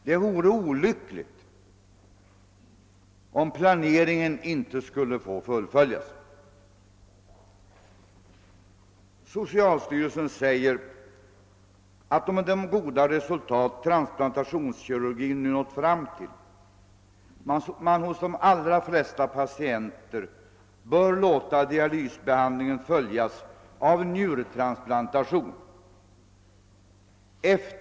Det vore olyckligt om planeringen inte skulle få fullföljas. Socialstyrelsen säger att med de goda resultat som transplantationskirurgin nu nått fram till bör man hos de flesta patienterna låta dialysbehandlingen följas av njurtransplantation.